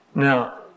Now